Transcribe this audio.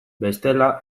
bestela